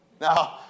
Now